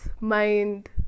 mind